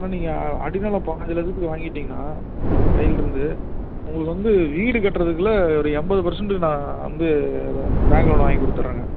நீங்கள் அடி நிலம் பாதி விலைக்கு நீங்கள் வாங்கிவிட்டீங்கன்னா கையிலிருந்து உங்களுக்கு வந்து வீடு கட்டுறதுக்குள்ள ஒரு எண்பது பெர்சன்ட்டுக்கு நான் வந்து பேங்க் லோன் வாங்கி கொடுத்துட்றேங்க